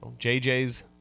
JJ's